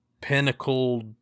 pinnacle